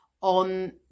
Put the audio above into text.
on